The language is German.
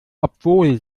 obwohl